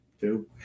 two